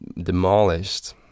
demolished